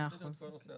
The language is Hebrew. מאה אחוז.